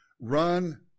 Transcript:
Run